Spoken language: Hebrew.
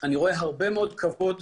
אני רואה הרבה מאוד כבוד,